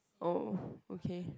oh okay